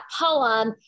poem